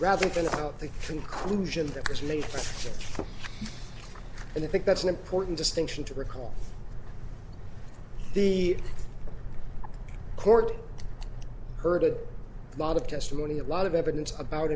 rather than about the conclusion that was made and i think that's an important distinction to recall the court heard a lot of testimony a lot of evidence about